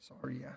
sorry